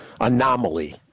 anomaly